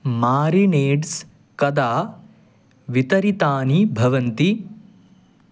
marinades कदा वितरितानि भवन्ति